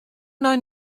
nei